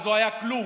אז לא היה כלום.